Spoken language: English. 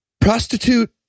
prostitute